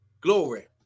Glory